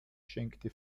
schenkte